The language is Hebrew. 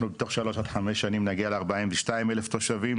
אנחנו בתוך שלוש עד חמש שנים נגיע ל-42,000 תושבים.